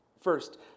First